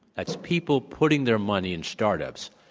that's people putting their money in start-ups,